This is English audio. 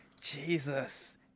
Jesus